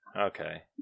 Okay